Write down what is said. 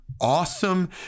awesome